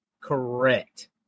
correct